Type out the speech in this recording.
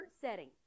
setting